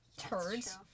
Turds